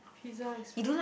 Pizza Express